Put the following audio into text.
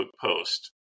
post